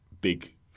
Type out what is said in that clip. big